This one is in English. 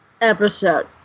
episode